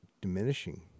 diminishing